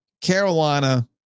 Carolina